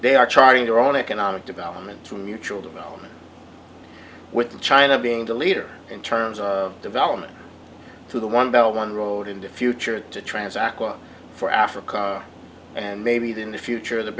they are charting their own economic development through mutual development with china being the leader in terms of development through the one belt on the road into future to transact for africa and maybe even the future of the